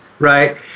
Right